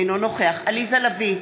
אינו נוכח עליזה לביא,